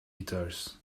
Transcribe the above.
guitars